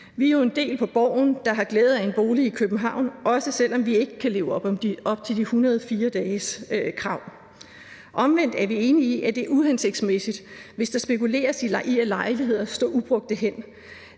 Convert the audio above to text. Vi er jo en del på Borgen, der har glæde af en bolig i København, også selv om vi ikke kan leve op til de 180 dages krav. Omvendt er vi enige i, at det er uhensigtsmæssigt, hvis der spekuleres i at lade lejligheder stå ubrugte hen.